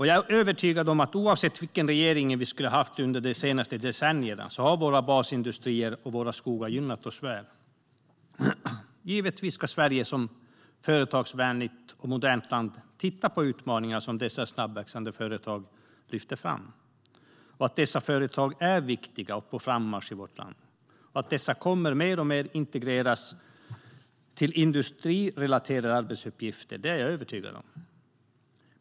Jag är övertygad om att oavsett vilken regering vi haft under de senaste decennierna har vår basindustri och våra skogar gynnat oss väl. Givetvis ska Sverige som företagsvänligt och modernt land titta på utmaningar som dessa snabbväxande företag lyfter fram. Att dessa företag är viktiga och på frammarsch i vårt land och att de mer och mer kommer att integreras till industrirelaterade arbetsuppgifter är jag övertygad om.